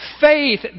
faith